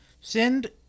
send